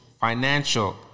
financial